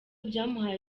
byamuhaye